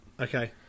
Okay